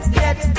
get